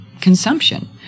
consumption